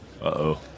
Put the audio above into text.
Uh-oh